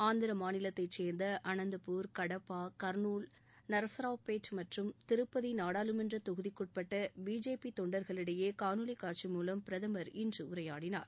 ஆந்திர மாநிலத்தைச் சேர்ந்த அனந்தபூர் கடப்பா கா்னூல் நரசராவ்பேட் மற்றும் திருப்பதி நாடாளுமன்ற தொகுதிக்குட்பட்ட பிஜேபி தொண்டர்களிடையே காணொலி காட்சி மூலம் பிரதமர் இன்று உரையாடினார்